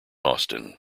austin